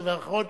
דובר אחרון.